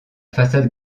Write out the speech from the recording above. façade